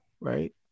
Right